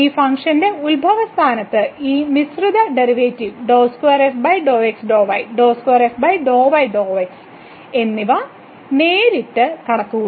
ഈ ഫംഗ്ഷന് 00 യിൽ ഈ മിശ്രിത ഡെറിവേറ്റീവ് എന്നിവ നേരിട്ട് കണക്കുകൂട്ടാം